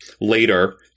later